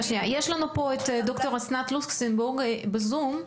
יש לנו פה את ד"ר אסנת לוקסנבורג בזום,